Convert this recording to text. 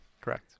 Correct